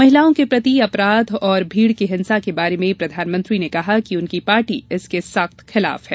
महिलाओं के प्रति अपराध और भीड़ की हिंसा के बारे में प्रधानमंत्री ने कहा कि उनकी पार्टी इसके सख्त खिलाफ है